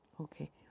okay